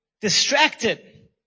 distracted